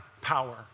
power